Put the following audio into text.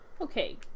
Okay